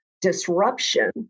disruption